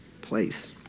Place